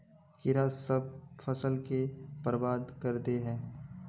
कीड़ा सब फ़सल के बर्बाद कर दे है?